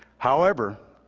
however,